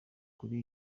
kuri